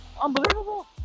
Unbelievable